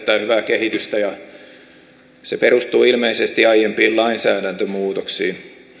kehitystä ja se perustuu ilmeisesti aiempiin lainsäädäntömuutoksiin